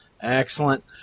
Excellent